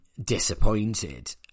disappointed